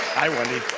hi wendy.